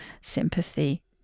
Sympathy